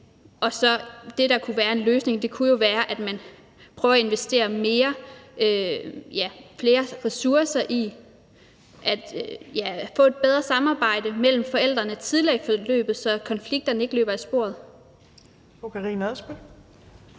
Og det, der så kunne være en løsning, er, at man prøver at investere flere ressourcer i at få et bedre samarbejde mellem forældrene tidligere i forløbet, så konflikterne ikke løber af sporet.